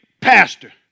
pastor